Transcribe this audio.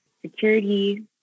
security